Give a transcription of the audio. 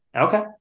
Okay